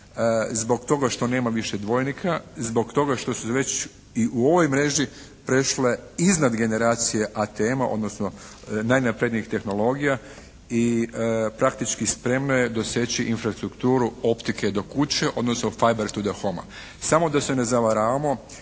zbog toga što nema više dvojnika, zbog toga što se4 već i u ovoj mreži prešle iznad generacije ATM-a odnosno najnaprednijih tehnologija i praktički spremna je doseći infrastrukturu optike do kuće odnosno …/Govornik se